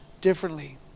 differently